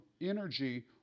energy